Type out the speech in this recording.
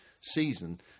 season